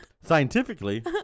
Scientifically